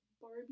Barbie